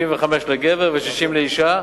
65 לגבר ו-60 לאשה,